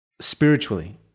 spiritually